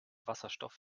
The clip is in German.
wasserstoff